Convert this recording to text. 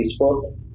Facebook